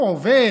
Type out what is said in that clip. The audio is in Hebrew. הוא עובד,